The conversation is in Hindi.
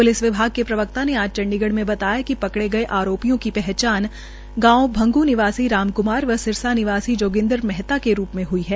प्लिस विभाग के प्रवक्ता ने आज चंडीगढ़ में बताया कि पकड़े गए आरोपियों की पहचान गांच भंगू निवासी रामक्मार व सिरसा निवासी जोगिंद्र मेहता के रूप में हई है